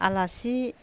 आलासि